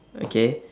okay